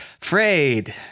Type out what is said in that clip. frayed